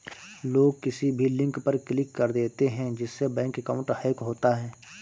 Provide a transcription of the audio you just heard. लोग किसी भी लिंक पर क्लिक कर देते है जिससे बैंक अकाउंट हैक होता है